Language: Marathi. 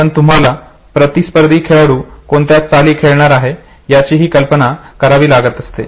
कारण तुम्हाला प्रतिस्पर्धी खेळाडू कोणत्या चाली चालणार आहे याचीही कल्पना करावी लागत असते